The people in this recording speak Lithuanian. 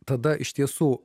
tada iš tiesų